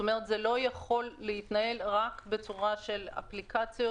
כלומר זה לא יכול להתנהל רק בצורה של אפליקציות,